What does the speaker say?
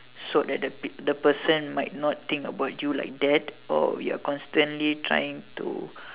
so that the person might not think about you like that or we are constantly trying to